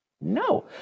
No